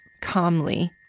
calmly